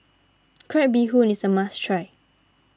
Crab Bee Hoon is a must try